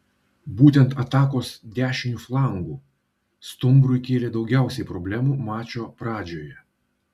būtent atakos dešiniu flangu stumbrui kėlė daugiausiai problemų mačo pradžioje